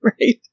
Right